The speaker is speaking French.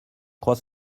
crois